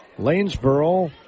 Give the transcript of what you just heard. Lanesboro